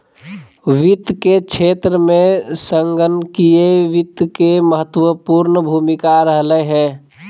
वित्त के क्षेत्र में संगणकीय वित्त के महत्वपूर्ण भूमिका रहलय हें